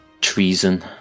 treason